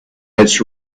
its